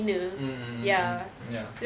mm mmhmm mm ya